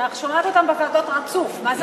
אני שומעת אותם בוועדות רצוף, מה זה,